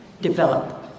develop